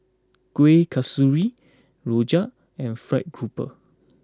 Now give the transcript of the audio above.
Kuih Kasturi Rojak and Fried Grouper